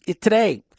today